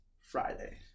Friday